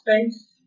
space